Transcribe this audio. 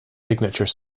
signature